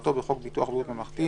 כהגדרתו בחוק ביטוח בריאות ממלכתי,